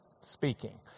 speaking